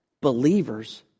believers